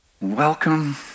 Welcome